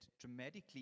dramatically